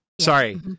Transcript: Sorry